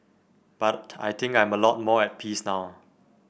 but I think I'm a lot more at peace now